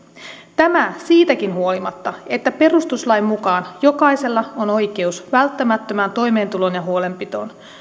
tämä siitäkin huolimatta että perustuslain mukaan jokaisella on oikeus välttämättömään toimeentuloon ja huolenpitoon